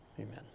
amen